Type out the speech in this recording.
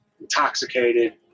intoxicated